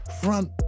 front